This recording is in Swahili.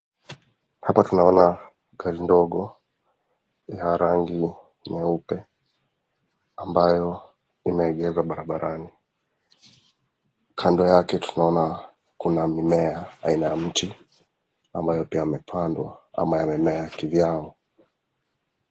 Hapa tunaona gari ndogo ya rangi nyeupe ambayo imeegezwa barabarani. Kando yake tunaona kuna mimea aina ya mti ambayo pia yamepandwa ama yamemea kivyao.